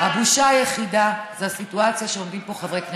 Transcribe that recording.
הבושה היחידה זו הסיטואציה שעומדים פה חברי כנסת,